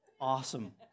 awesome